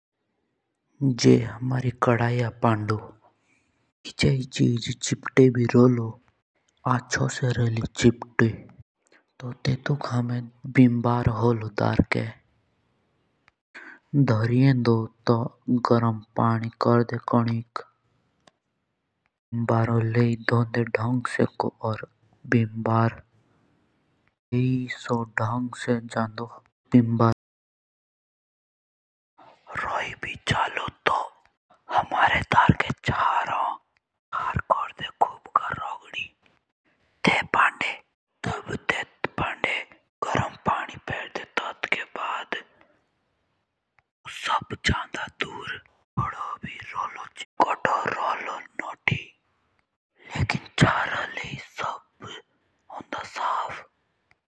जे हमारे कोदया पंडो जे किछे चीज चिपके बि रोलो आछे से रोलो चिपटी तो तेतुक हामी बिमदार होलो धारके ध्रियेंदो तो गरम पानी कोर्डे कोनिक और बिमबरो लेयी धोयी पो करते ते ढंग से को। और हमारे धारके चार होन तो चार साथ गरम पानी ते कोर्डे और तब धोंदे ते।